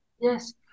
Yes